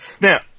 Now